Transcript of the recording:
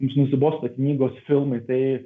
mums nusibosta knygos filmai tai